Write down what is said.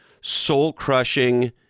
soul-crushing